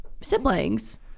siblings